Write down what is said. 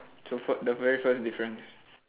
so fort~ the very first difference